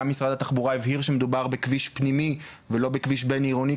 גם משרד התחבורה הבהיר שמדובר בכביש פנימי ולא בכביש בין עירוני,